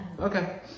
Okay